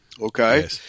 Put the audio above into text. Okay